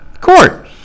court